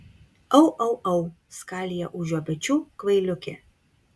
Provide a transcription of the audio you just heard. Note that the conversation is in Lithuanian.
au au au skalija už jo pečių kvailiukė